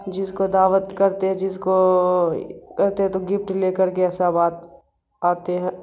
جس کو دعوت کرتے جس کو کرتے ہیں تو گفٹ لے کر کے سب آتے ہیں